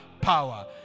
power